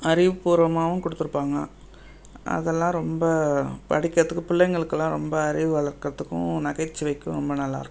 அறிவுப்பூர்வமாகவும் கொடுத்துருப்பாங்க அதெல்லாம் ரொம்ப படிக்கிறதுக்கு பிள்ளைங்களுக்கெல்லாம் ரொம்ப அறிவு வளர்க்கிறதுக்கும் நகைச்சுவைக்கும் ரொம்ப நல்லாயிருக்கும்